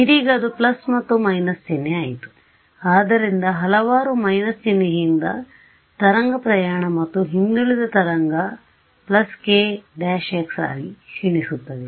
ಇದೀಗ ಅದು ಪ್ಲಸ್ ಮತ್ತು ಮೈನಸ್ ಚಿಹ್ನೆ ಆಯಿತು ಆದ್ದರಿಂದ ಹಲವಾರು ಮೈನಸ್ ಚಿಹ್ನೆಯಿಂದ ತರಂಗ ಪ್ರಯಾಣ ಮತ್ತು ಹಿಂದುಳಿದ ತರಂಗ k x ಆಗಿ ಕ್ಷೀಣಿಸುತ್ತದೆ